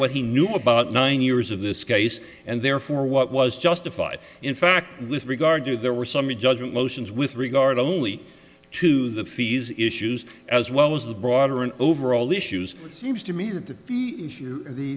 what he knew about nine years of this case and therefore what was justified in fact with regard to there were some the judgment motions with regard only to the fees issues as well as the broader an overall issues it seems to me that the